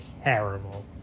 terrible